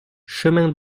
chemin